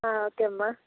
okay అమ్మ